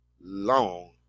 long